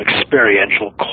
experiential